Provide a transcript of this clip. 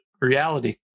reality